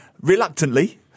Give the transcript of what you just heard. Reluctantly